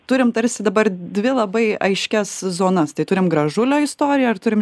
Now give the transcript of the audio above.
turim tarsi dabar dvi labai aiškias zonas tai turim gražulio istoriją ar turim